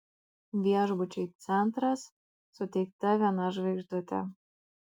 viešbučiui centras suteikta viena žvaigždutė